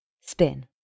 spin